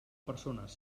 persones